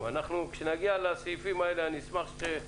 וזה לא מצריך את אותה היערכות,